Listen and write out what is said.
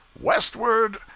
Westward